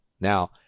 Now